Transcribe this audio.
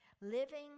Living